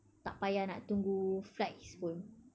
tak payah nak tunggu flights pun